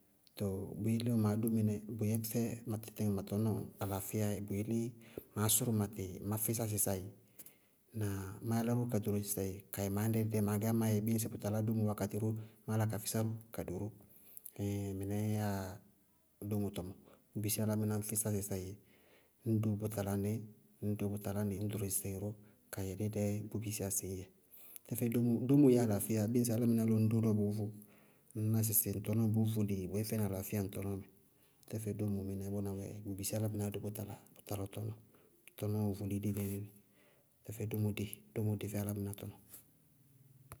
Tɔɔ bɔɔ yeléa maá dó mɩnɛ, bʋ yɛfɛ ma tɩtɩŋɛ ma tɔnɔɔ alaafɩyaá bʋ yelé maá sʋrʋ matɩ maá físa sɩsɛɩ má yálá ka ɖoro sɩsɛɩ kayɛ mañdɛ, dí dɛɛ maa gɛyá má pns bíɩ ŋsɩ bʋ talá dómo wakatí ró, má yálá ka físá ka do ró. Ɛɛɛŋ mɩnɛɛ yáa dómo tɔmɔ, bʋʋ bisí álámɩnáá físá sɩsɛɩ, ññ do bʋ tala ní, ñŋ dó bʋtalá ññ yálá ka a doro sɩsɛɩ ró ka yɛ dídɛɛ bʋ bisiyá sɩ yɛ. Tɛfɛ dómo yɛ alaafɩyaá yá bíɩ ŋsɩ álámɩná lɔ ŋñ dó bʋʋvʋ, ŋñ ná sɩsɩ ŋ tɔnɔɔ bʋʋ vóli ní, bʋʋ fɛnɩ alaafíya ŋ tɔnɔɔmɛ. Tɛfɛ dómo, mɩnɛɛ bʋná wɛɛ dzɛ, bʋ bisí álámɩnáá dó bʋ tala ɔ tɔnɔɔ, tɔmɔɔ vóli léle-léle. Tɛfɛ dómo dée, dómo dé fɛ álámɩná tɔnɔɔ.